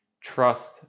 trust